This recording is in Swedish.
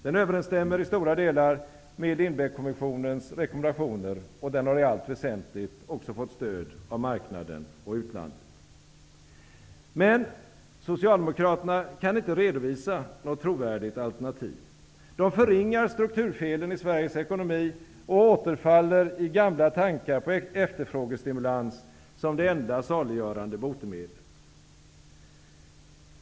Den överensstämmer i stora delar med Lindbeckkommissionens rekommendationer, och den har i allt väsentligt fått stöd av marknaden och utlandet. Men Socialdemokraterna kan inte redovisa något trovärdigt alternativ. De förringar strukturfelen i Sveriges ekonomi och återfaller i gamla tankar på efterfrågestimulans som det enda saliggörande botemedlet.